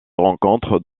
rencontre